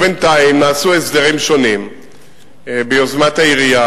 בינתיים נעשו הסדרים שונים ביוזמת העירייה,